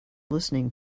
listening